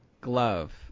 Glove